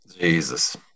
Jesus